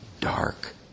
dark